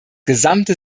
gesamte